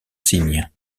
cygnes